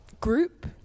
group